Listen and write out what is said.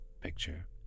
picture